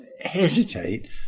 hesitate